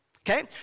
Okay